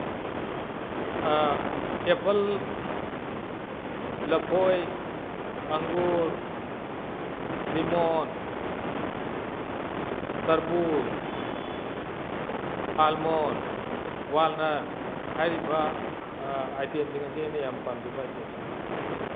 apple ꯂꯐꯣꯏ ꯑꯪꯒꯨꯔ lemon ꯇꯔꯕꯨꯁ ꯑꯜꯃꯣꯟ ꯋꯥꯜꯅꯠ ꯍꯥꯏꯔꯤꯕ ꯑꯥꯏꯇꯦꯝꯁꯤꯡ ꯑꯁꯦ ꯑꯩꯅ ꯌꯥꯝ ꯄꯥꯝꯖꯕ ꯑꯥꯏꯇꯦꯝꯁꯤꯡꯅꯤ